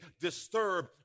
disturb